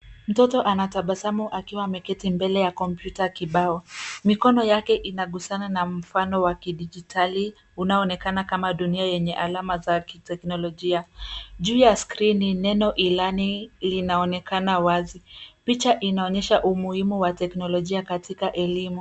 Mtoto anatabasamu akiwa ameketi mbele ya kompyuta kibao. Mikono yake inagusana na mfano wa kidijitali unaoonekana kama dunia yenye alama za kiteknolojia. Juu ya skrini neno e-learning linaonekana wazi. Picha inaonyesha umuhimu wa teknolojia katika elimu.